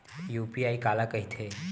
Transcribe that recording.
UPI काला कहिथे?